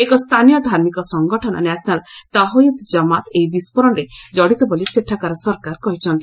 ଏକ ସ୍ଥାନୀୟ ଧାର୍ମିକ ସଂଗଠନ ନ୍ୟାସନାଲ୍ ତାଓହିଦ୍ ଜମାତ୍ ଏହି ବିସ୍ଫୋରଣରେ ଜଡ଼ିତ ବୋଲି ସେଠାକାର ସରକାର କହିଛନ୍ତି